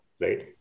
right